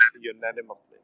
unanimously